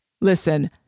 listen